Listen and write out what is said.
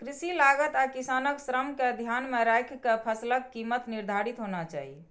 कृषि लागत आ किसानक श्रम कें ध्यान मे राखि के फसलक कीमत निर्धारित होना चाही